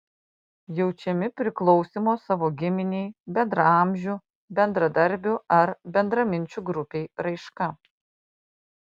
jaučiami priklausymo savo giminei bendraamžių bendradarbių ar bendraminčių grupei raiška